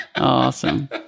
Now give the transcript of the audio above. Awesome